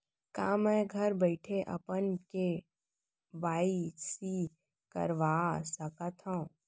का मैं घर बइठे अपन के.वाई.सी करवा सकत हव?